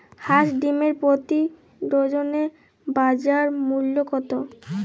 হাঁস ডিমের প্রতি ডজনে বাজার মূল্য কত?